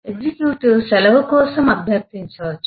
executive సెలవు కోసం అభ్యర్థించవచ్చు